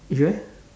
you eh